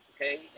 okay